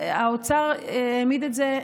האוצר העמיד את זה: